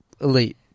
elite